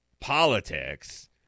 politics